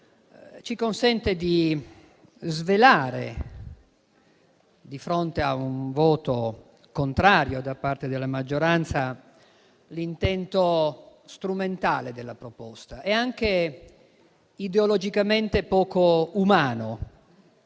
ci consente di svelare, di fronte a un voto contrario da parte della maggioranza, l'intento strumentale della proposta e anche ideologicamente poco umano